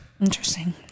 Interesting